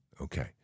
Okay